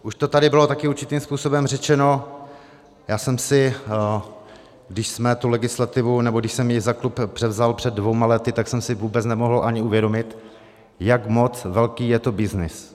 Už to tady bylo také určitým způsobem řečeno, já jsem si, když jsme tu legislativu, nebo když jsem ji za klub převzal před dvěma lety, tak jsem si vůbec nemohl ani uvědomit, jak moc velký je to byznys.